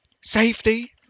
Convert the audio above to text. safety